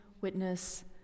witness